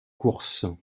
course